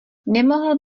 nemohl